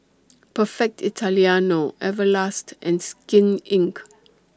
Perfect Italiano Everlast and Skin Inc